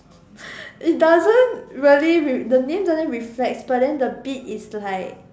it doesn't really re~ the name doesn't reflects but then the beat is like